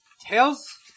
Tails